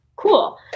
Cool